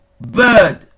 bird